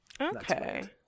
Okay